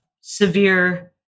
severe